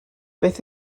beth